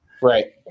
Right